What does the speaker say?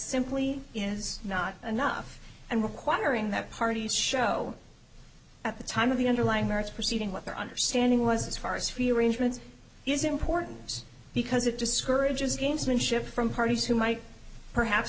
simply is not enough and requiring that parties show at the time of the underlying merits proceeding with their understanding was as far as fear arrangements is important because it discourages gamesmanship from parties who might perhaps